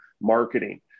marketing